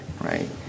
right